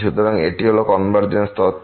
সুতরাং এটি হল কনভারজেন্স তত্ত্ব